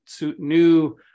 new